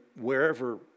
wherever